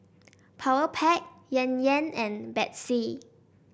Powerpac Yan Yan and Betsy